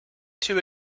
too